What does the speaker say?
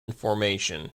formation